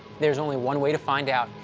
there's only one way to find out.